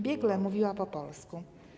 Biegle mówiła po polsku.